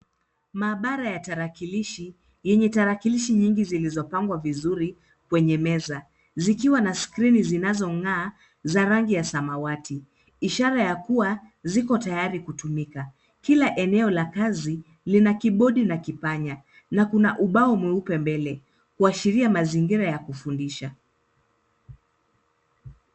Maabara ya tarakilishi yenye tarakilishi nyingi zilizopangwa vizuri kwenye meza zikiwa na skrini zilizong'aa za rangi ya samawati ishara ya kuwa ziko tayari kutumika. Kila eneo la kazi lina kibodi na kipanya na kuna ubao mweupe mbele kuashiria mazingira ya kufundisha.